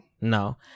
No